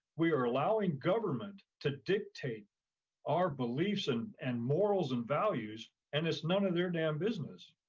we are allowing government to dictate our beliefs and and morals and values, and it's none of their damn business.